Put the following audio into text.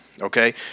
Okay